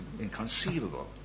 inconceivable